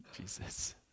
Jesus